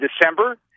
December